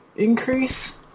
Increase